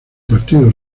partido